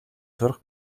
сурах